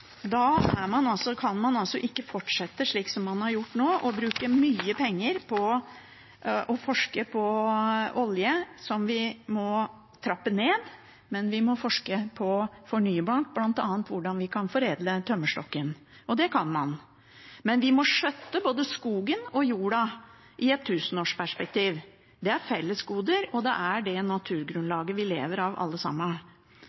bruke mye penger på å forske på olje, som vi må trappe ned. Vi må forske på fornybart, bl.a. hvordan vi kan foredle tømmerstokken – for det kan man. Men vi må skjøtte både skogen og jorda i et tusenårsperspektiv. Det er fellesgoder, og det er det naturgrunnlaget vi lever av, alle sammen.